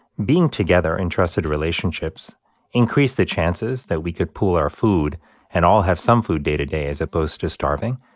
being together in trusted relationships increased the chances that we could pool our food and all have some food day to day as opposed to starving.